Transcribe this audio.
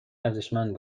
ارزشمند